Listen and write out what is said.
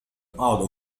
أعد